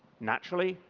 naturally,